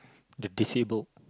the disabled